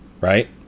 right